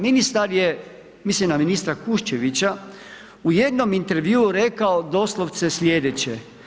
Ministar je, mislim na ministra Kuščevića u jednom intervjuu rekao doslovce sljedeće.